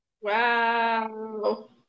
Wow